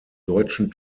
deutschen